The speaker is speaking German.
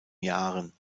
jahren